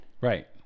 Right